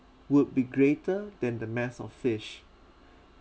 would be greater than the mass of fish